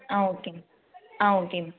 ah okay ma'am ah okay ma'am